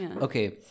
Okay